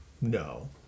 no